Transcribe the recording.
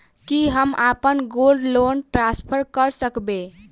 की हम अप्पन gold loan transfer करऽ सकबै?